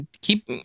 keep